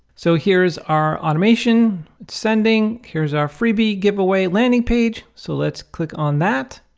so here's our automation sending here's our freebie giveaway landing page. so let's click on that